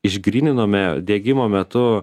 išgryninome diegimo metu